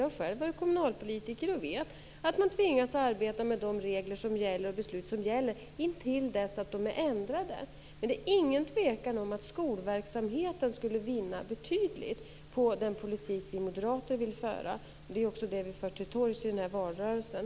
Jag har själv varit kommunalpolitiker och vet att man tvingas att arbeta med de regler och beslut som gäller intill dess att de är ändrade. Men det är ingen tvekan om att skolverksamheten skulle vinna betydligt på den politik som vi moderater vill föra. Det är också det vi för till torgs i den här valrörelsen.